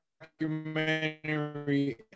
documentary